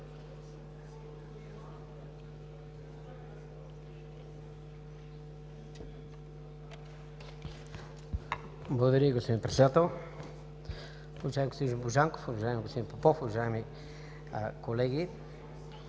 Благодаря Ви, господин Председател. Уважаеми господин Божанков, уважаеми господин Попов, уважаеми колеги!